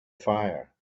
fire